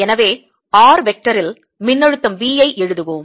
எனவே r வெக்டாரில் திசையனில் மின்னழுத்தம் V ஐ எழுதுவோம்